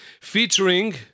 Featuring